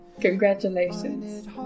Congratulations